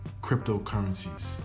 cryptocurrencies